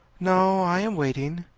no. i am waiting.